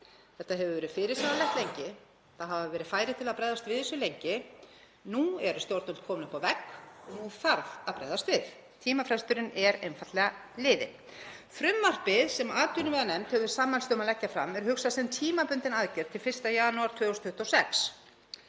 Þetta hefur verið fyrirsjáanlegt lengi, það hafa verið færi til að bregðast við þessu lengi. Nú eru stjórnvöld komin upp að vegg og nú þarf að bregðast við. Tímafresturinn er einfaldlega liðinn. Frumvarpið sem atvinnuveganefnd hefur sammælst um að leggja fram er hugsað sem tímabundin aðgerð til 1. janúar 2026,